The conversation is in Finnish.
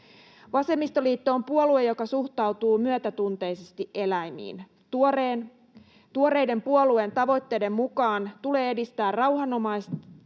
Vasemmistoliitto on puolue, joka suhtautuu myötätuntoisesti eläimiin. Tuoreiden puolueen tavoitteiden mukaan tulee edistää rauhanomaista